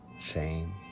shame